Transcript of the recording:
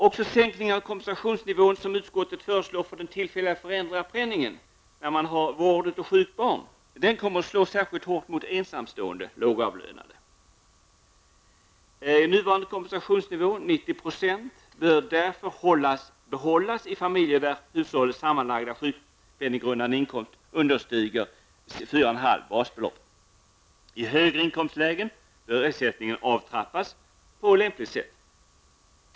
Också den av utskottet föreslagna sänkningen av kompensationsnivån för den tillfälliga föräldrapenningen vid vård av sjukt barn kommer att slå särskilt hårt mot ensamstående lågavlönade. Nuvarande kompensationsnivå, 90 %, bör därför behållas i familjer där hushållets sammanlagda sjukpenninggrundande inkomst understiger ca 4,5 basbelopp. I högre inkomstlägen bör ersättningen trappas ner på lämpligt sätt.